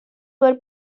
were